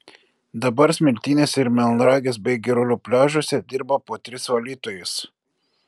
dabar smiltynės ir melnragės bei girulių pliažuose dirba po tris valytojus